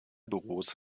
büros